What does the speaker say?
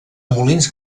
molins